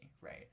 right